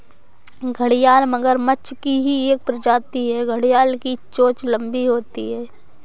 घड़ियाल मगरमच्छ की ही एक प्रजाति है घड़ियाल की चोंच लंबी होती है